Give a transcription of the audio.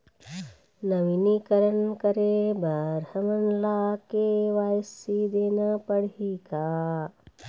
नवीनीकरण करे बर हमन ला के.वाई.सी देना पड़ही का?